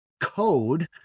code